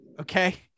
Okay